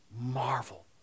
Marvel